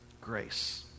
grace